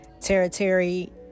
Territory